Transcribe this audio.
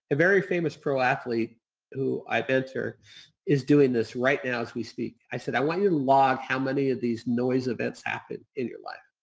very famous pro-athlete who i banter is doing this right now as we speak. i said, i want you to log how many of these noise events happened in your life.